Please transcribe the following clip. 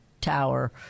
tower